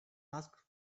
asked